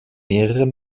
mehrere